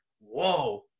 whoa